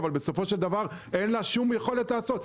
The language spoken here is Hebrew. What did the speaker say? אבל אין לה שום יכולת לעשות.